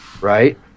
Right